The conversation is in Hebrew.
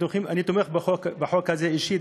אני תומך בחוק הזה אישית,